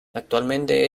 actualmente